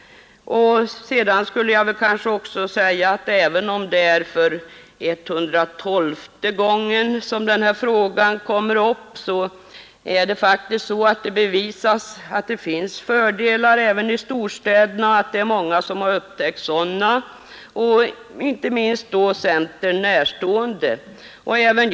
Jag vill också säga till herr Stridsman att även om det nu är etthundratolfte gången som frågan kommer upp, tycks det faktiskt finnas fördelar även i storstäderna. Det är många som har upptäckt dem, inte minst centern närstående organisationer.